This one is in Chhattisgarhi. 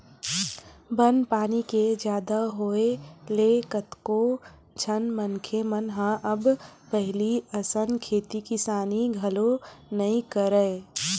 बन पानी के जादा होय ले कतको झन मनखे मन ह अब पहिली असन खेती किसानी घलो नइ करय